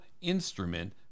instrument